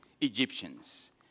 Egyptians